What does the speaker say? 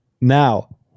Now